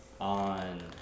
on